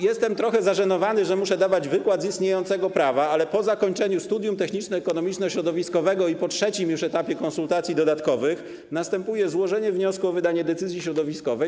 Jestem trochę zażenowany tym, że muszę dawać wykład z istniejącego prawa, ale po zakończeniu studium techniczno-ekonomiczno-środowiskowego i po trzecim etapie konsultacji dodatkowych następuje złożenie wniosku o wydanie decyzji środowiskowej.